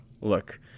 Look